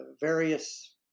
various